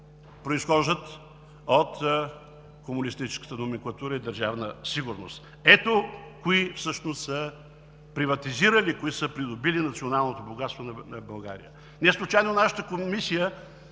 произхождат от комунистическата номенклатура и Държавна сигурност. Ето кои всъщност са приватизирали, кои са придобили националното богатство на България! Неслучайно нашата